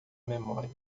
memória